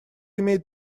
имеет